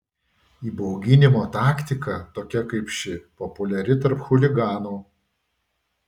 įbauginimo taktika tokia kaip ši populiari tarp chuliganų